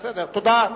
תודה.